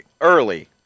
early